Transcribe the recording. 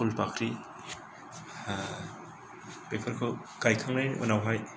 फुल पाख्रि बेफोरखौ गायखांनायनि उनावहाय